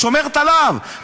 היא שומרת עליו.